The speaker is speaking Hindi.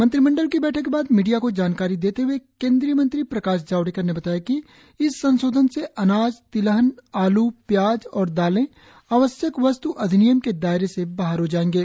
मंत्रिमंडल की बैठक के बाद मीडिया को जानकारी देते ह्ए केंद्रीय मंत्री प्रकाश जावडेकर ने बताया कि इस संशोधन से अनाज तिलहन आलू प्याज और दालें आवश्यक वस्त् अधिनियम के दायरे से बाहर हो जाएंगे